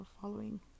following